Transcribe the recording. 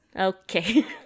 Okay